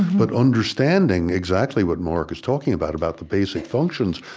but understanding exactly what mark is talking about, about the basic functions,